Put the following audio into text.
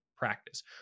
practice